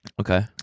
Okay